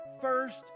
first